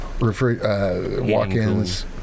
walk-ins